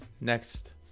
Next